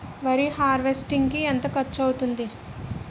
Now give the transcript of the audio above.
వరి హార్వెస్టింగ్ కి ఎంత ఖర్చు అవుతుంది?